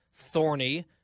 Thorny